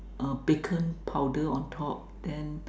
uh bacon powder on top then